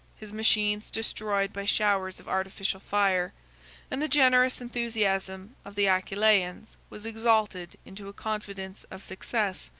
his machines destroyed by showers of artificial fire and the generous enthusiasm of the aquileians was exalted into a confidence of success,